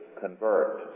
convert